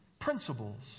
principles